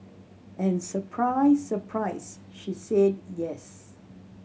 and surprise surprise she said yes